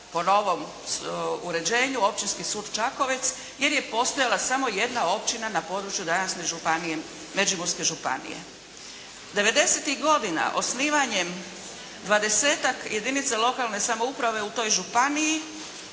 po novom uređenju Općinski sud Čakovec jer je postajala samo jedna općina na području današnje Međimurske županije. '90.-tih godina osnivanjem dvadesetak jedinica lokalne samouprave u toj županiji